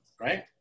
right